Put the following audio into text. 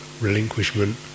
relinquishment